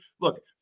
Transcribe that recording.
Look